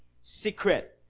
secret